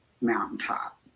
mountaintop